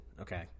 okay